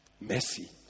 Mercy